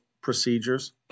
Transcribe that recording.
procedures